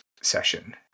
session